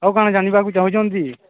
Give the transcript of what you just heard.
ଆଉ କାଣା ଜାଣିବାକୁ ଚାହୁଁଛନ୍ତି